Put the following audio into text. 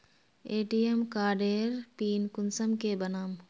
ATM कार्डेर pin कुंसम के बनाम?